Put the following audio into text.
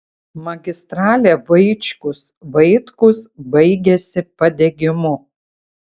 magistralė vaičkus vaitkus baigiasi padegimu